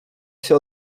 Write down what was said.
się